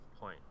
point